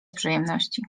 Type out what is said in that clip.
przyjemności